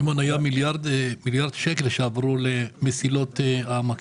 שמעון, היה מיליארד שקל שעברו למסילות העמק.